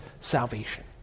salvation